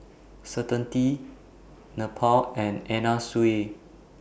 Certainty Snapple and Anna Sui